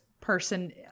person